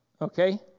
Okay